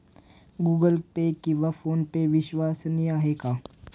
Google Pay किंवा PhonePe विश्वसनीय आहेत का?